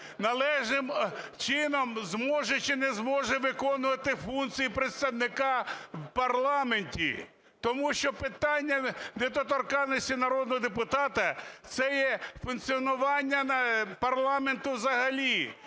належним чином зможе чи не зможе виконувати функції представника в парламенті. Тому що питання недоторканності народного депутата це є функціонування парламенту взагалі.